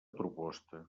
proposta